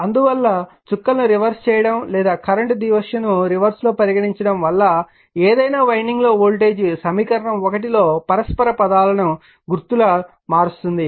అందువల్ల చుక్కలను రివర్స్ చేయడం లేదా కరెంట్ దిశను రివర్స్ లో పరిగణించడం వలన ఏదైనా వైండింగ్ లో వోల్టేజ్ సమీకరణం 1 లో పరస్పర పదాల గుర్తు ను మారుస్తుంది